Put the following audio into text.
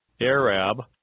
Arab